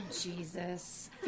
Jesus